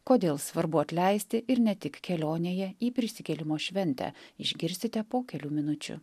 kodėl svarbu atleisti ir ne tik kelionėje į prisikėlimo šventę išgirsite po kelių minučių